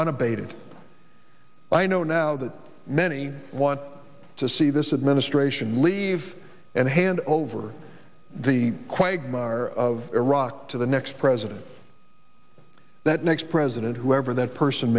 unabated i know now that many want to see this administration leave and hand over the maher of iraq to the next president that next president whoever that person